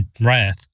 wrath